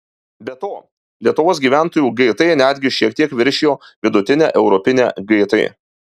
be to lietuvos gyventojų gt netgi šiek tiek viršijo vidutinę europinę gt